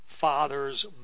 father's